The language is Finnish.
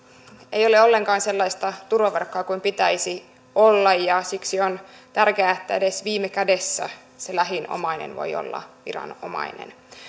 ei ole ollenkaan sellaista turvaverkkoa kuin pitäisi olla ja siksi on tärkeää että edes viime kädessä se lähin omainen voi olla viranomainen